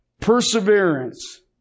perseverance